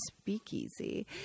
Speakeasy